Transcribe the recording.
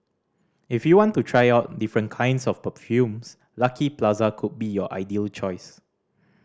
if you want to try out different kinds of perfumes Lucky Plaza could be your ideal choice